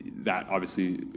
that obviously